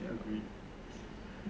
ya I agree